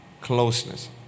closeness